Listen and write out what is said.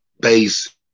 base